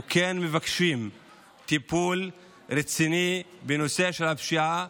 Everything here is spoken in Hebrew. אנחנו כן מבקשים טיפול רציני בנושא של הפשיעה,